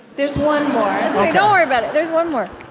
there's one more don't worry about it. there's one more